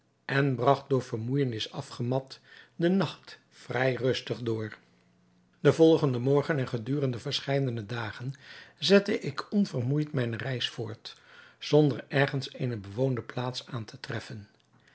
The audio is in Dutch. en bragt door vermoeijenis afgemat den nacht vrij rustig door den volgenden morgen en gedurende verscheidene dagen zette ik onvermoeid mijne reis voort zonder ergens eene bewoonde plaats aan te treffen